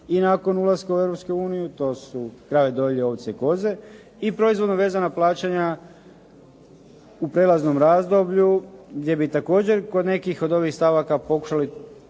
i nakon ulaska u Europsku uniju. To su krave dojilje, ovce i koze. I proizvodno vezana plaćanja u prijelaznom razdoblju, gdje bi također kod nekih od ovih stavaka pokušali